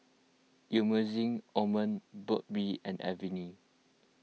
Emulsying Ointment Burt's Bee and Avene